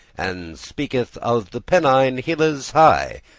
and speaketh of the pennine hilles high,